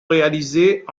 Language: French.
réalisées